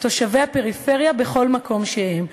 תושבי הפריפריה בכל מקום שהם,